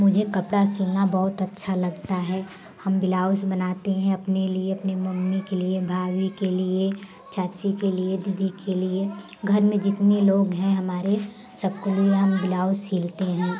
मुझे कपड़ा सिलना बहुत अच्छा लगता है हम ब्लाउज बनाते हैं अपने लिए अपनी मम्मी के लिए भाभी के लिए चाची के लिए दीदी के लिए घर में जितने लोग हैं हमारे सब को लिए हम ब्लाउज सिलते हैं